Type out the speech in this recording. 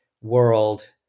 world